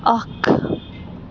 اَکھ